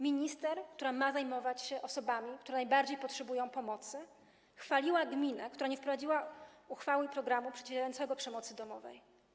Minister, która ma zajmować się osobami najbardziej potrzebującymi pomocy, chwaliła gminę, która nie wprowadziła uchwały programu przeciwdziałającego przemocy domowej.